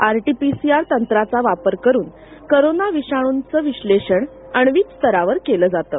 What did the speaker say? RT PCR तंत्राचा वापर करून कोरोना विषाणुचं विश्लेषण आणिवक स्तरावर केलं जातं